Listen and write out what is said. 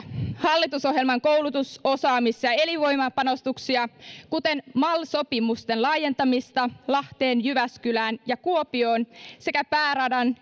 hallitusohjelman koulutus osaamis ja ja elinvoimapanostuksia kuten mal sopimusten laajentamista lahteen jyväskylään ja kuopioon sekä pääradan